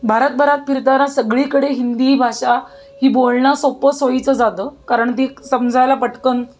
भारतभरात फिरताना सगळीकडे हिंदी भाषा ही बोलणं सोपं सोईचं जातं कारण ती समजायला पटकन